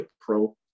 pro